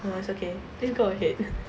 no it's okay just go ahead